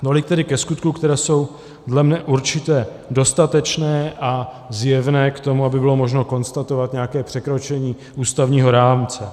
Tolik tedy ke skutkům, které jsou dle mne určitě dostatečné a zjevné k tomu, aby bylo možno konstatovat nějaké překročení ústavního rámce.